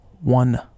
One